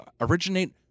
originate